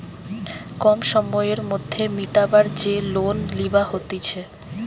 কম সময়ের মধ্যে মিটাবার যে লোন লিবা হতিছে